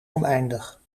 oneindig